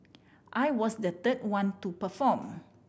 I was the third one to perform